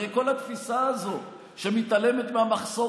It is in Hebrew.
הרי כל התפיסה הזו שמתעלמת מהמחסור